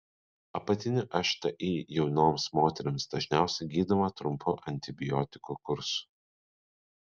apatinių šti jaunoms moterims dažniausiai gydoma trumpu antibiotikų kursu